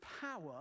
power